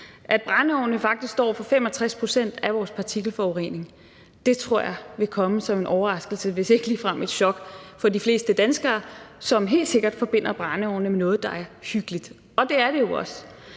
at brændeovne faktisk står for 65 pct. af vores partikelforurening. Det tror jeg vil komme som en overraskelse, hvis ikke ligefrem et chok, for de fleste danskere, som helt sikkert forbinder brændeovne med noget, der er hyggeligt – og det er det jo også.